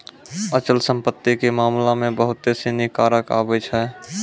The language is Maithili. अचल संपत्ति के मामला मे बहुते सिनी कारक आबै छै